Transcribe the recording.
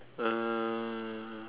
uh